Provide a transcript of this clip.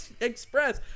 Express